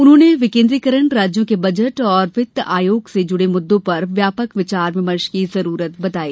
उन्होंने विकेन्द्रीकरण राज्यों के बजट और वित्त आयोगों से जुड़े मुद्दों पर व्यापक विचार विमर्श की जरूरत बताई